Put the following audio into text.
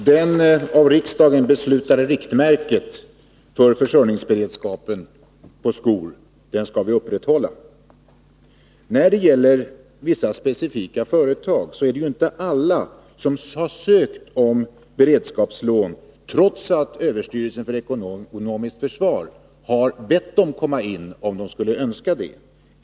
Herr talman! Det av riksdagen beslutade riktmärket för försörjningsberedskapen i fråga om skor skall bibehållas. När det gäller vissa specifika företag vill jag nämna att alla inte har sökt beredskapslån, trots att överstyrelsen för ekonomiskt försvar har bett dem komma in med ansökan, om de skulle önska det.